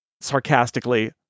sarcastically